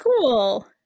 cool